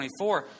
24